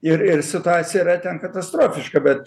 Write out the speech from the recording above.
ir ir situacija yra ten katastrofiška bet